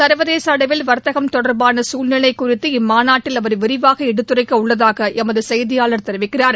சர்வதேச அளவில் வர்த்தகம் தொடர்பாள சூழல்நிலை குறித்து இம்மாநாட்டில் அவர் விரிவாக எடுத்துரைக்க உள்ளதாக எமது செய்தியாளர் தெரிவிக்கிறார்